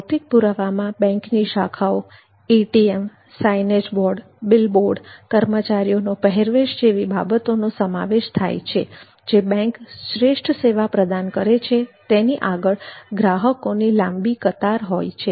ભૌતિક પુરાવામાં બેંકની શાખાઓ એટીએમ સાઈનેજ બિલબોર્ડ કર્મચારીઓનો પહેરવેશ જેવી બાબતોનો સમાવેશ થાય છે જે બેંક શ્રેષ્ઠ સેવા પ્રદાન કરે છે તેની આગળ ગ્રાહકોની લાંબી કતારો હોય છે